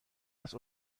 است